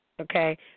Okay